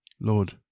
Lord